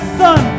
son